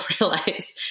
realize